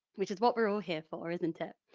which is what we're all here for isn't it!